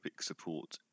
support